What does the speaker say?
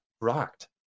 rocked